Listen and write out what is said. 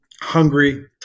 hungry